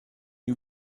you